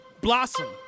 Blossom